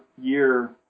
year